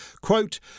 Quote